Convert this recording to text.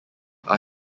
are